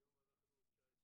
היום אנחנו ב-19.11.2018,